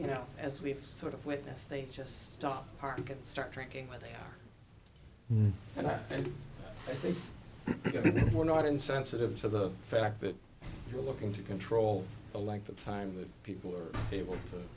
you know as we've sort of witness they just stop park and start drinking where they are and then i think we're not insensitive to the fact that we're looking to control the length of time that people are able to